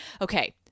okay